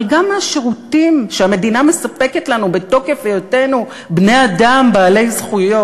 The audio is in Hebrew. אבל גם מהשירותים שהמדינה מספקת לנו בתוקף היותנו בני-אדם בעלי זכויות.